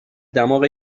دماغ